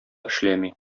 эшләми